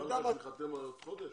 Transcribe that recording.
זה יכול להיחתם עוד חודש?